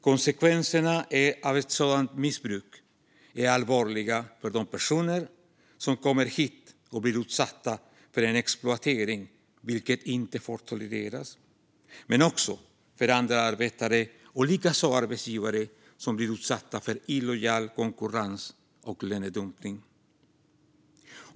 Konsekvenserna av ett sådant missbruk är allvarliga för de personer som kommer hit och blir utsatta för exploatering, vilket inte får tolereras, men också för andra arbetare - liksom arbetsgivare - som blir utsatta för illojal konkurrens och lönedumpning.